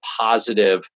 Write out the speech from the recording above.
positive